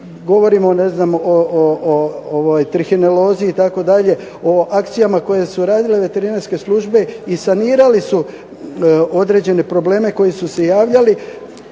govorimo o trihinelozi itd. o akcijama koje su radile veterinarske službe i sanirali su određene probleme koji su se javljali